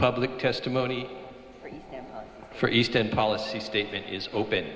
public testimony for eastern policy statement is open